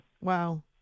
Wow